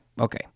okay